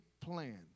plan